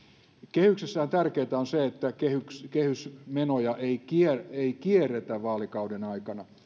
kehyksessähän tärkeintä on se että kehysmenoja ei kierretä ei kierretä vaalikauden aikana